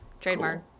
Trademark